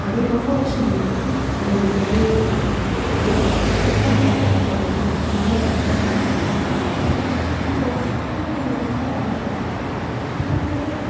அதே ரொம்ப வருஷம் முன்னாடி அது ஒரு தேவையே இல்லாமல் இருந்தது அதே சமயம் இப்போன்னு பார்த்தா அது ரொம்ப முக்கியமான ஒரு அடிப்படையான பொருளாக மாறிவிட்டு வருது இப்போது எனக்கு எங்கள் வீட்டில் கரண்ட்டு கட் ஆகுதுன்னா நாங்கள்